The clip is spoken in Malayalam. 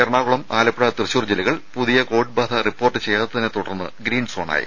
എറണാകുളം ആലപ്പുഴ തൃശൂർ ജില്ലകൾ പുതിയ കോവിഡ് ബാധ റിപ്പോർട്ട് ചെയ്യാത്തതിനെ തുടർന്ന് ഗ്രീൻ സോണായി